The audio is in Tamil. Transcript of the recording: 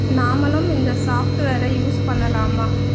நாமளும் இந்த சாஃப்ட்வேரை யூஸ் பண்ணலாமா